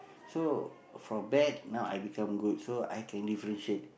so from bad now I become good so I can differentiate